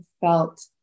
felt